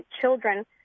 children